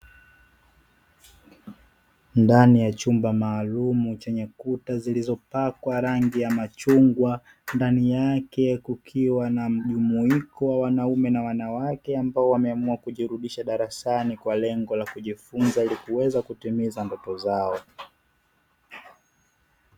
Ndani ya chumba maalum chenye kuta zilizopakwa rangi ya machungwa, ndani yake kukiwa na mjumuiko wa wanaume na wanawake, ambao wameamua kujirudisha darasani kwa lengo la kujifunza ili kuweza kutimiza ndoto zao.